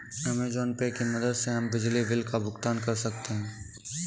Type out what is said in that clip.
Amazon Pay की मदद से हम बिजली बिल का भुगतान कर सकते हैं